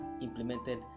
implemented